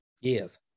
Yes